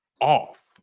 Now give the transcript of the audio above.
off